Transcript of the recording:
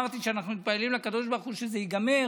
אמרתי שאנחנו מתפללים לקדוש ברוך הוא שזה ייגמר,